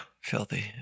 filthy